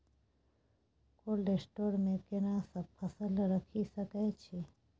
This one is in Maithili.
कोल्ड स्टोर मे केना सब फसल रखि सकय छी?